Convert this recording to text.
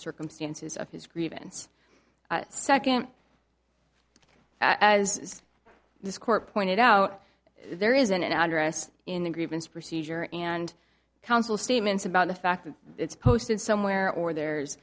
circumstances of his grievance second as this court pointed out there isn't an address in the grievance procedure and counsel statements about the fact that it's posted somewhere or there's